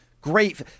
Great